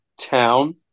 Town